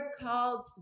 called